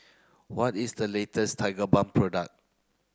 what is the latest Tigerbalm product